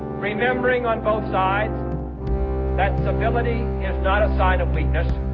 remembering on both sides that civility is not a sign of weakness,